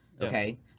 Okay